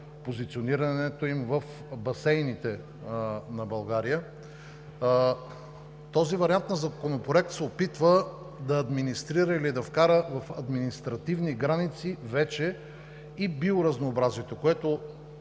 позиционирането им в басейните на България, този вариант на Законопроект се опитва да администрира или да вкара в административни граници вече и биоразнообразието.